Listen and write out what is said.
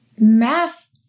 math